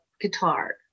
guitar